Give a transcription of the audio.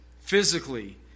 physically